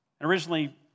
originally